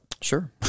sure